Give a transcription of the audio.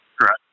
correct